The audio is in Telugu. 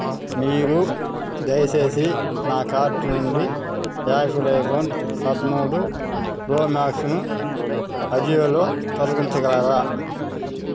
మీరు దయసేసి నా కార్ట్ నుండి ఆఫిల్ ఐఫోన్ పదమూడు ప్రో మాక్స్ను అజియోలో తొలగించగలరా